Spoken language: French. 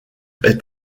est